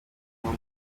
niho